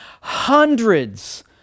hundreds